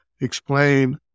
explain